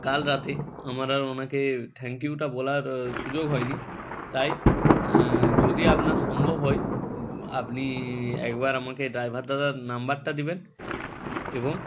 কাল রাতে আমার আর ওনাকে থ্যাংক ইউটা বলার সুযোগ হয় নি তাই যদি আপনার সম্ভব হয় আপনি একবার আমাকে ড্রাইভার দাদার নাম্বারটা দেবেন এবং